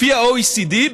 לפי ה-OECD,